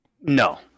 No